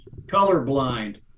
colorblind